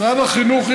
משרד החינוך,